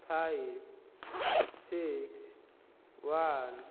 five six one